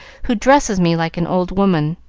who dresses me like an old woman.